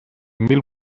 mil